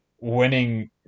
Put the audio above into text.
winning